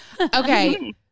Okay